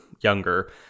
younger